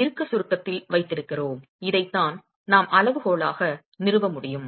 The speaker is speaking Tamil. இறுக்க சுருக்கத்தில் வைத்திருக்கிறோம் இதைத்தான் நாம் அளவுகோலாக நிறுவ முடியும்